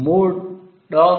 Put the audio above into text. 2 है